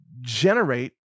generate